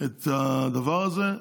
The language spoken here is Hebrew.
את הדבר הזה,